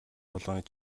болгоныг